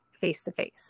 face-to-face